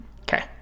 Okay